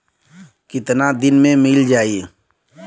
कितना दिन में मील जाई?